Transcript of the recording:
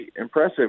impressive